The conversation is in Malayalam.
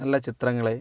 നല്ല ചിത്രങ്ങളെ